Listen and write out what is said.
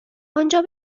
آنجا